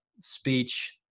speech